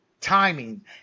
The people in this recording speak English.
timing